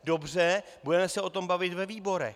Dobře, budeme se o tom bavit ve výborech.